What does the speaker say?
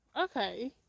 okay